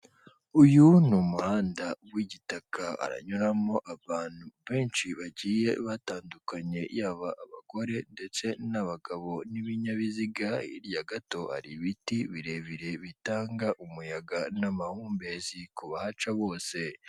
Uyu ni umuhanda w'igitaka uranyuramo abantu benshi bagiye batandukanye yaba abagore ndetse n'abagabo n'ibinyabiziga, hirya gato hari ibiti birebire bitanga umuyaga n'amahumbezi ku bahaca bose.